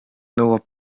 nõuab